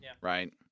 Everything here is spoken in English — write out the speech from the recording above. Right